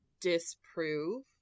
disprove